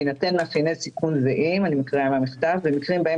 בהינתן מאפייני סיכון זהים אני מקריאה מהמכתב במקרים בהם